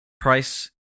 price